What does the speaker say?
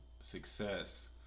success